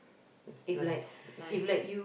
with nice nice